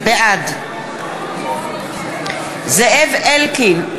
בעד זאב אלקין,